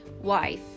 wife